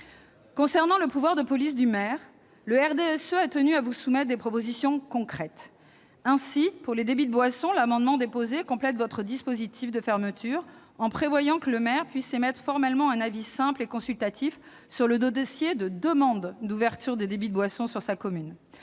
Concernant le pouvoir de police du maire, le RDSE a tenu à vous soumettre des propositions concrètes. Ainsi, pour les débits de boissons, l'amendement déposé complète votre dispositif de fermeture en prévoyant que le maire puisse émettre formellement un avis simple et consultatif sur le dossier de demande d'ouverture des débits de boissons sur sa commune.